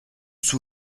sous